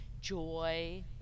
Joy